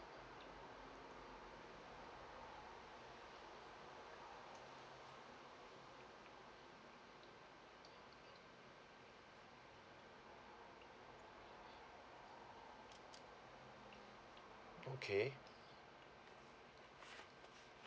okay